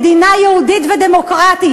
מדינה יהודית ודמוקרטית.